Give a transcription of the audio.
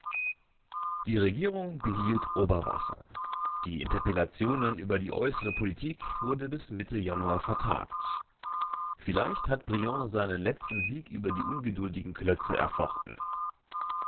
die regierung behielt oberwasser die interpellationen über die äußere politik wurden bis mitte januar vertagt vielleicht hat briand seinen letzten sieg über die ungeduldigen klötze erfochten